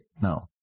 No